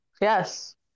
Yes